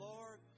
Lord